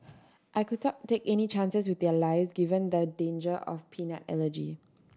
I could talk take any chances with their lives given the danger of peanut allergy